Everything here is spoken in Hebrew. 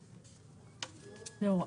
לא.